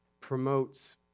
promotes